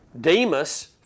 Demas